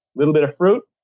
little bit of fruit,